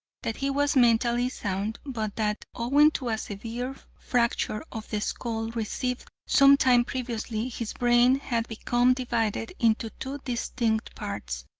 that he was mentally sound, but that owing to a severe fracture of the skull received some time previously his brain had become divided into two distinct parts,